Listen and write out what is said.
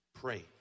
Pray